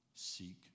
Seek